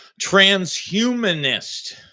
transhumanist